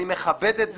אני מכבד את זה,